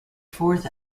fourth